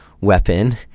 weapon